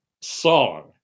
song